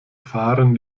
fahren